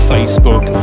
Facebook